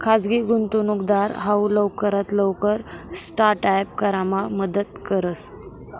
खाजगी गुंतवणूकदार हाऊ लवकरात लवकर स्टार्ट अप करामा मदत करस